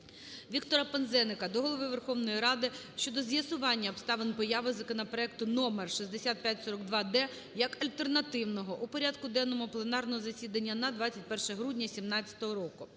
Віктора Пинзеника до Голови Верховної Ради щодо з'ясування обставин появи законопроекту № 6542-д як альтернативного у порядку денному пленарного засідання на 21 грудня 2017 року.